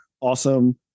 awesome